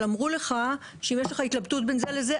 אבל אמרו לך שאם יש לך התבלטות בין זה לזה,